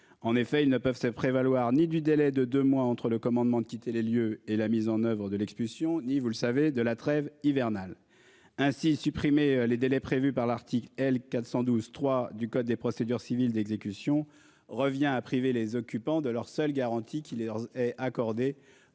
En effet, ils ne peuvent se prévaloir, ni du délai de deux mois entre le commandement de quitter les lieux et la mise en oeuvre de l'expulsion, ni vous le savez de la trêve hivernale ainsi supprimer les délais prévus par l'article L 412 3 du code des procédures civiles d'exécution. Revient à priver les occupants de leur seule garantie qui leur est accordé